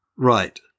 Right